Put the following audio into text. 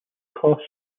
costs